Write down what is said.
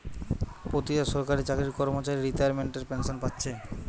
পোতিটা সরকারি চাকরির কর্মচারী রিতাইমেন্টের পেনশেন পাচ্ছে